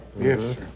Yes